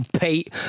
Pete